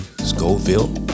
scoville